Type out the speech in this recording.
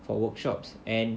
for workshops and